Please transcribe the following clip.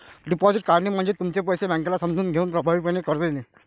deposit काढणे म्हणजे तुमचे पैसे बँकेला समजून घेऊन प्रभावीपणे कर्ज देणे